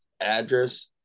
address